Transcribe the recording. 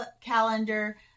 calendar